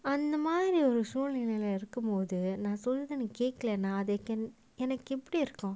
அந்தமாதிரிஒருசூழ்நிலையிலநான்சொல்லறேன்நீகேக்கலேனா:antha mathiri oru suzlnulaila naan sollaren ni kekkarela cake they can அதுஎனக்குஎப்படிஇருக்கும்:adhu enakku eppadi irukkum